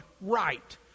right